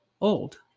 old